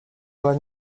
ale